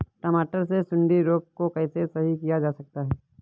टमाटर से सुंडी रोग को कैसे सही किया जा सकता है?